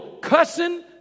cussing